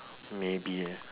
maybe ah